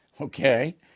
Okay